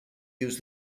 use